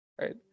right